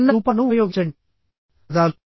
చిన్న రూపాలను ఉపయోగించండి పదాలు